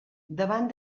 davant